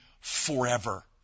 forever